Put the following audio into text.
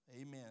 amen